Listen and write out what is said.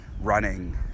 running